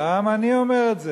גם אני אומר את זה,